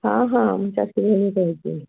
ହଁ ହଁ ମୁଁ ଚାଷୀ ଭଉଣୀ କହୁଛି